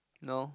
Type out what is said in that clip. no